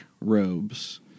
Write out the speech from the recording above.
robes